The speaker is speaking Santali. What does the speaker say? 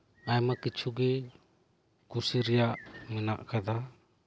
ᱟᱭᱢᱟ ᱠᱤᱪᱷᱩ ᱜᱮ ᱠᱩᱥᱤ ᱨᱮᱭᱟᱜ ᱢᱮᱱᱟᱜ ᱟᱠᱟᱫᱟ